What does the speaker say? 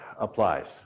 applies